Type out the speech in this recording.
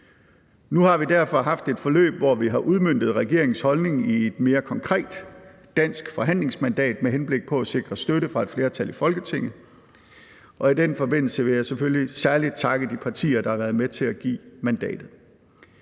Nu har vi derfor haft et forløb, hvor vi har udmøntet regeringens holdning i et mere konkret dansk forhandlingsmandat med henblik på at sikre støtte fra et flertal i Folketinget, og i den forbindelse vil jeg selvfølgelig særlig takke de partier, der har været med til at give mandatet.